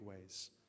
ways